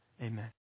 Amen